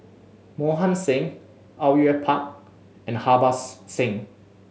Mohan Singh Au Yue Pak and Harbans Singh